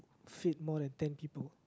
fit more than ten people